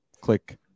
click